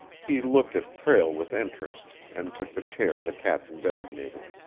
he looked at prale with interest, and took the chair the captain designated.